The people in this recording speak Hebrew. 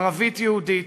ערבית-יהודית,